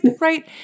right